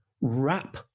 wrap